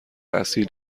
اصیل